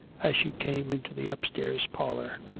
as she came into the upsrtairs parlour.